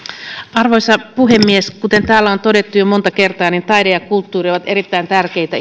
arvoisa puhemies kuten täällä on todettu jo monta kertaa taide ja kulttuuri ovat erittäin tärkeitä